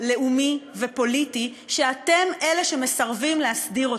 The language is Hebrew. לאומי ופוליטי שאתם אלה שמסרבים להסדיר אותו.